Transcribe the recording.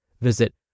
Visit